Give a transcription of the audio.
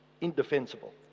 indefensible